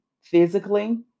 physically